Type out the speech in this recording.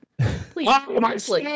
please